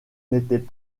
n’étaient